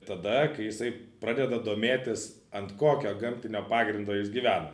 tada kai jisai pradeda domėtis ant kokio gamtinio pagrindo jis gyvena